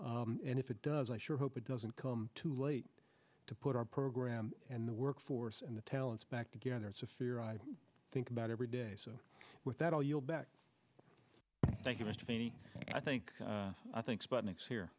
and if it does i sure hope it doesn't come too late to put our program and the workforce and the talents back together it's a fear i think about every day so with that all you'll back thank you mr feeney i think i think sp